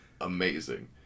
amazing